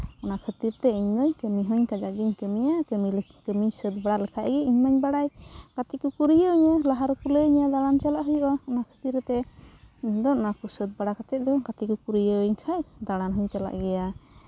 ᱚᱱᱟ ᱠᱷᱟᱹᱛᱤᱨ ᱛᱮ ᱤᱧ ᱫᱚᱧ ᱠᱟᱹᱢᱤ ᱦᱚᱸᱧ ᱠᱟᱡᱟᱠ ᱜᱤᱧ ᱠᱟᱹᱢᱤᱭᱟ ᱠᱟᱹᱢᱤ ᱠᱟᱹᱢᱤ ᱥᱟᱹᱛ ᱵᱟᱲᱟ ᱞᱮᱠᱷᱟᱡ ᱤᱧ ᱢᱟᱧ ᱵᱟᱲᱟᱭ ᱜᱟᱛᱮ ᱠᱚᱠᱚ ᱨᱤᱭᱟᱹᱣ ᱤᱧᱟᱹ ᱞᱟᱦᱟ ᱨᱮᱠᱚ ᱞᱟᱹᱭ ᱤᱧᱟᱹ ᱫᱟᱬᱟᱱ ᱪᱟᱞᱟᱜ ᱦᱩᱭᱩᱜᱼᱟ ᱚᱱᱟ ᱠᱷᱟᱹᱛᱤᱨ ᱛᱮ ᱤᱧᱫᱚ ᱚᱱᱟ ᱠᱚ ᱥᱟᱹᱛ ᱵᱟᱲᱟ ᱠᱟᱛᱮᱫ ᱫᱚ ᱜᱟᱛᱮ ᱠᱚᱠᱚ ᱨᱤᱭᱟᱹᱣ ᱤᱧ ᱠᱷᱟᱡ ᱫᱟᱬᱟᱱ ᱦᱚᱸᱧ ᱪᱟᱞᱟᱜ ᱜᱮᱭᱟ